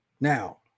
Now